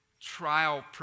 Trial